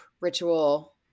ritual